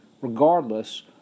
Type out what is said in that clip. regardless